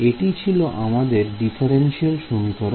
এটি ছিল আমাদের ডিফারেনশিয়াল সমীকরণ